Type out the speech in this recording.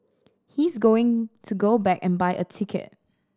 he's going to go back and buy a ticket